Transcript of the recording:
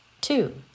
Two